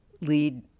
lead